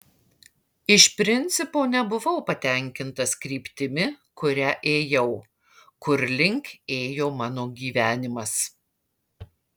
iš principo nebuvau patenkintas kryptimi kuria ėjau kur link ėjo mano gyvenimas